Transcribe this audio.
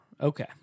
Okay